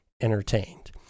entertained